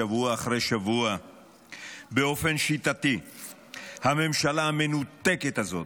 שבוע אחרי שבוע באופן שיטתי הממשלה המנותקת הזאת,